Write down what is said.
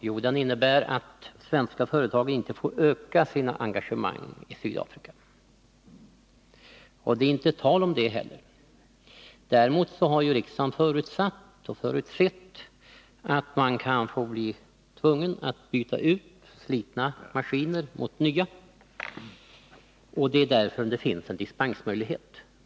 Jo, att svenska företag inte får öka sitt engagemang i Sydafrika. Det är inte tal om det heller. Däremot har riksdagen förutsett att företagen kan bli tvungna att byta ut slitna maskiner mot nya. Det är anledningen till att det finns en dispensmöjlighet.